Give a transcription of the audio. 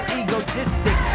egotistic